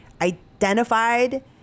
identified